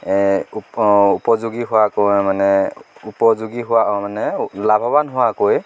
উপ উপযোগী হোৱাকৈ মানে উপযোগী হোৱা আৰু মানে লাভৱান হোৱাকৈ